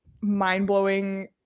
mind-blowing